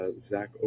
Zach